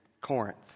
Corinth